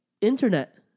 internet